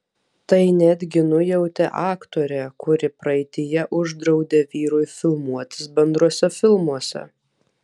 tai netgi nujautė aktorė kuri praeityje uždraudė vyrui filmuotis bendruose filmuose